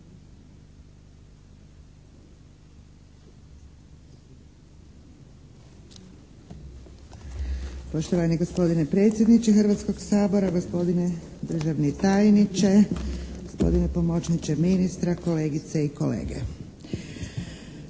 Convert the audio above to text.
Poštovani gospodine predsjedniče Hrvatskoga sabora, gospodine državni tajniče, gospodine pomoćniče ministra, kolegice i kolege.